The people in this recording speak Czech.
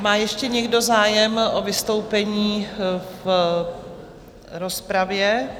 Má ještě někdo zájem o vystoupení v rozpravě?